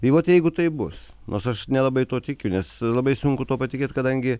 tai vat jeigu taip bus nors aš nelabai tuo tikiu nes labai sunku tuo patikėt kadangi